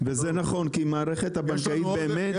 אבל אין ארכות,